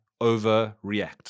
overreact